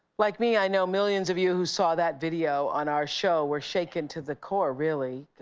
like me, i know millions of you who saw that video on our show were shaken to the core really.